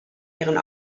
ihren